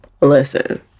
Listen